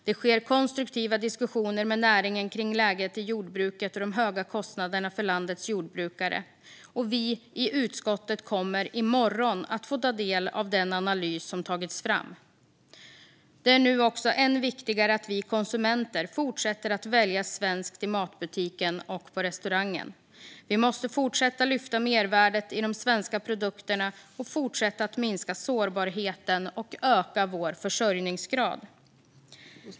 Det sker konstruktiva diskussioner med näringen kring läget i jordbruket och de höga kostnaderna för landets jordbrukare. Vi i utskottet kommer i morgon att få ta del av den analys som tagits fram. Det är nu än viktigare att vi konsumenter fortsätter att välja svenskt i matbutiken och på restaurangen. Vi måste fortsätta att lyfta fram mervärdet i de svenska produkterna, fortsätta att minska sårbarheten och öka vår försörjningsgrad.